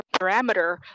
parameter